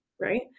right